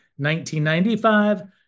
1995